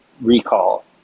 recall